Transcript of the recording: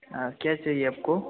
और क्या चाहिए आपको